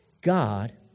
God